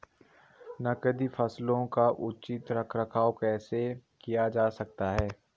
नकदी फसलों का उचित रख रखाव कैसे किया जा सकता है?